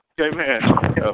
Amen